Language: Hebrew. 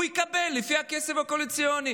הוא יקבל לפי הכסף הקואליציוני.